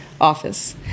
office